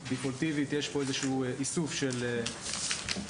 כברירת מחדל יש פה איזשהו איסוף של טביעות